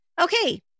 Okay